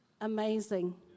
amazing